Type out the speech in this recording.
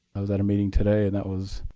i was at a meeting today and that was